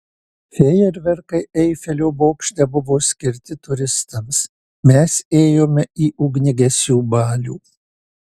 fejerverkai eifelio bokšte buvo skirti turistams mes ėjome į ugniagesių balių